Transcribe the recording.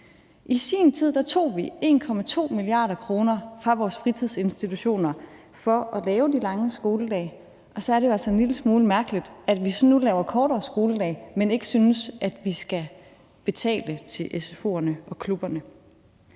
I sin tid tog vi 1,2 mia. kr. fra vores fritidsinstitutioner for at lave de lange skoledage, og så er det jo altså en lille smule mærkeligt, at vi så nu laver kortere skoledage, men ikke synes, at vi skal betale til sfo'erne og klubberne.